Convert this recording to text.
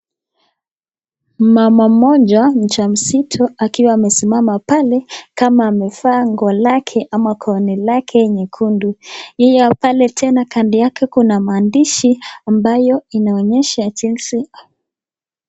Mama mmoja mjamzito akiwa amesimama pale kama amevaa nguo lake ama gauni lake nyekundu. Yeye pale tena kando yake kuna maandishi ambayo inaonyesha jinsi.